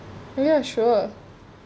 ya sure